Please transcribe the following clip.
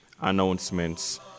announcements